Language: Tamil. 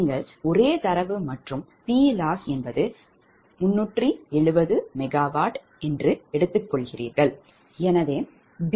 நீங்கள் ஒரே தரவு மற்றும் PL370 MW என்று எடுத்துக்கொள்கிறீர்கள்